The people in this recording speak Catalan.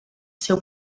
seu